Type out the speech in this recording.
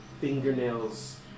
fingernails